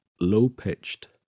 low-pitched